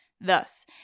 Thus